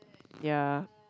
ya